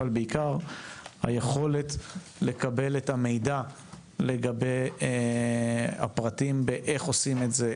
אבל בעיקר היכולת לקבל את המידע לגבי הפרטים באיך עושים את זה,